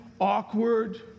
awkward